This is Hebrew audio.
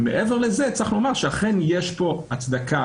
ומעבר לזה צריך לומר שאכן יש פה הצדקה